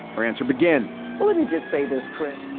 her answer begins. well let me just say this chris.